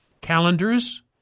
calendars